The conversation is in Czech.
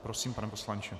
Prosím, pane poslanče.